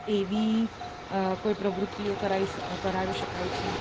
એવી કોઈ પ્રવૃત્તિઓ કરાવી શકાય છે